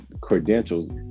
credentials